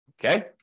Okay